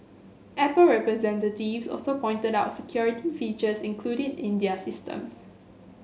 Apple representatives also pointed out security features included in their systems